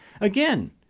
Again